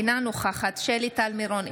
אינה נוכחת שלי טל מירון,